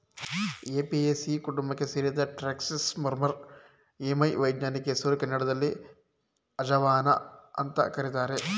Apiaceae ಕುಟುಂಬಕ್ಕೆ ಸೇರಿದ Trachyspermum ammi ವೈಜ್ಞಾನಿಕ ಹೆಸರು ಕನ್ನಡದಲ್ಲಿ ಅಜವಾನ ಅಂತ ಕರೀತಾರೆ